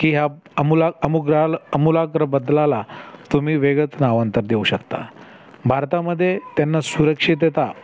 की ह्या आमुला आमुग्राल आमूलाग्र बदलाला तुम्ही वेगळंच नामांतर देऊ शकता भारतामध्ये त्यांना सुरक्षितता